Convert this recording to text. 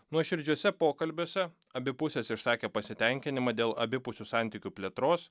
nuoširdžiuose pokalbiuose abi pusės išsakė pasitenkinimą dėl abipusių santykių plėtros